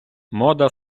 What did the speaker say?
мода